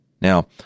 Now